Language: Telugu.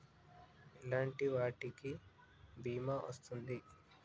ఎలాంటి వాటికి బీమా వస్తుంది?